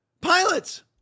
Pilots